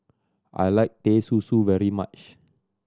I like Teh Susu very much